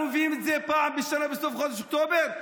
אנחנו מביאים את זה פעם בשנה בסוף חודש אוקטובר?